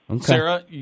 Sarah